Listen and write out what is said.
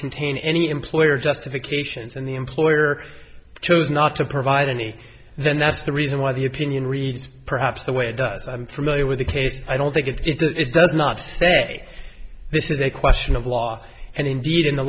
contain any employer justifications and the employer chose not to provide any then that's the reason why the opinion reads perhaps the way it does i'm familiar with the case i don't think it's it does not say this is a question of law and indeed in the